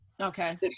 Okay